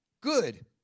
Good